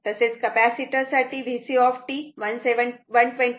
तसेच कपॅसिटर साठी VC 127